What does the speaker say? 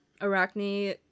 Arachne